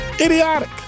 Idiotic